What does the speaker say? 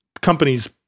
companies